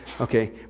Okay